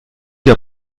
hier